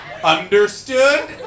Understood